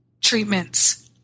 treatments